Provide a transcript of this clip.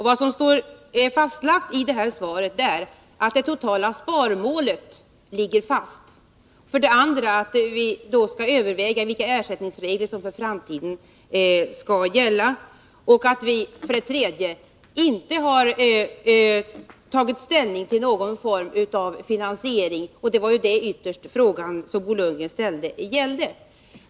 Vad som står fastlagt i detta svar Fredagen den är för det första att det totala sparmålet ligger fast, för det andra att vi skall 26 mars 1982 överväga vilka ersättningsregler som skall gälla för framtiden och för det tredje att vi inte har tagit ställning till någon form av finansiering. Det var ju ytterst det som Bo Lundgrens fråga gällde.